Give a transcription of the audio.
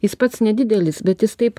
jis pats nedidelis bet jis taip